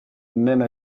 même